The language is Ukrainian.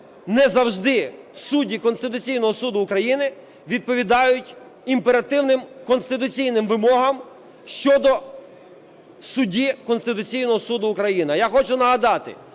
не завжди судді Конституційного Суду України відповідають імперативним конституційним вимогам щодо судді Конституційного Суду України. А я хочу нагадати: